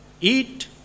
Eat